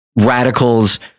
radicals